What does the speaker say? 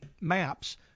Maps